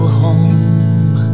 home